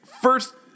first